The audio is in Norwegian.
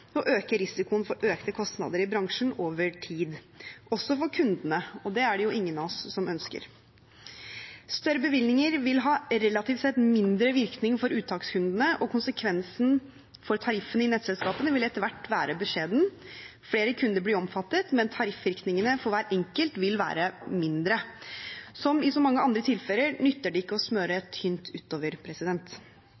og øke risikoen for økte kostnader i bransjen over tid, også for kundene, og det er det jo ingen av oss som ønsker. Større bevilgninger vil relativt sett ha mindre virkning for uttakskundene, og konsekvensen for tariffene i nettselskapene vil etter hvert være beskjeden. Flere kunder blir omfattet, men tariffvirkningene for hver enkelt vil være mindre. Som i så mange andre tilfeller nytter det ikke å smøre